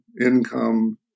income